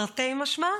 תרתי משמע.